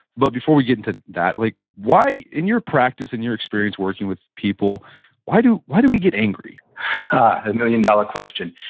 but before we get into that, like in your practice and your experience working with people why do why do we get angry? a million dollar question.